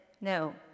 no